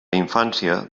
infància